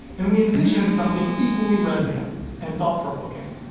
and we envisioned something equally resonant and thought-provoking.